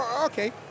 okay